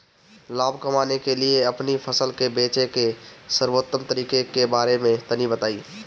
लाभ कमाने के लिए अपनी फसल के बेचे के सर्वोत्तम तरीके के बारे में तनी बताई?